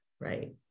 right